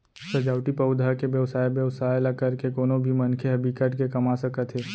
सजावटी पउधा के बेवसाय बेवसाय ल करके कोनो भी मनखे ह बिकट के कमा सकत हे